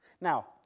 Now